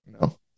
No